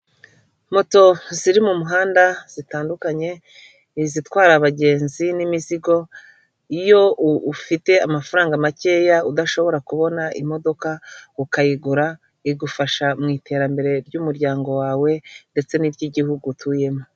Moto ziri mu muhanda zitandukanye ni izitwara abagenzi n'imizigo iyo ufite amafaranga makeya udashobora kubona imodoka ukayigura igufasha mu iterambere ry'umuryango wawe ndetse n'iry'igihugu utuyemo.